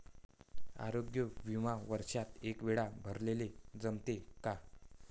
आरोग्य बिमा वर्षात एकवेळा भराले जमते का?